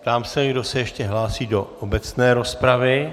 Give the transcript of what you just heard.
Ptám se, kdo se ještě hlásí do obecné rozpravy.